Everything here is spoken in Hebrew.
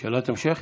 שאלת המשך.